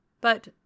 But